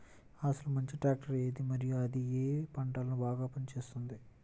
అసలు మంచి ట్రాక్టర్ ఏది మరియు అది ఏ ఏ పంటలకు బాగా పని చేస్తుంది?